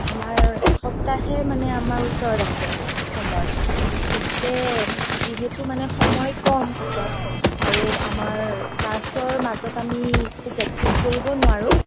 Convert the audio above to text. আমাৰ এসপ্তাহহে মানে আমাৰ ওচৰত আছে সময় গতিকে যিহেতু মানে সময় কম হাতত আৰু আমাৰ ক্লাছৰ মাজত আমি একো প্ৰেক্টিছ কৰিব নোৱাৰো